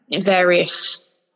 various